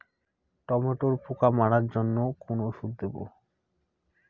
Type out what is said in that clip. টমেটোর পোকা মারার জন্য কোন ওষুধ দেব?